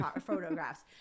photographs